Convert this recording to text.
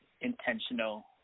intentional